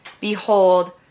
Behold